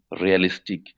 realistic